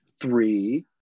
three